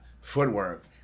footwork